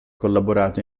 collaborato